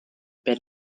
per